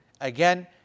again